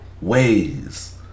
ways